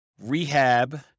Rehab